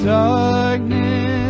darkness